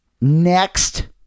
Next